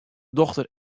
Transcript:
dochter